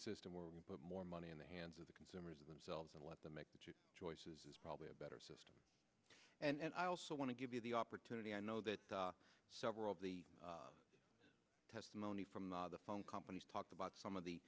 system where we put more money in the hands of the consumers themselves and let them make choices is probably a better system and i also want to give you the opportunity i know that several of the testimony from the phone companies talked about some of the